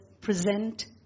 present